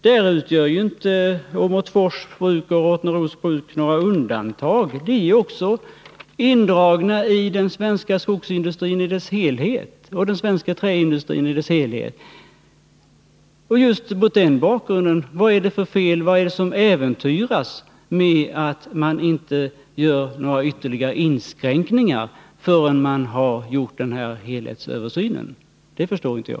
Här utgör inte Åmotfors Bruk och Rottneros Bruk några undantag. De är också indragna i den svenska skogsoch träindustrin i dess helhet. Vad är det mot den bakgrunden för fel på vårt förslag? Vad är det som äventyras med att man inte gör några ytterligare inskränkningar förrän man har gjort den här helhetsöversynen? Det förstår inte jag.